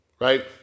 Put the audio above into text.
right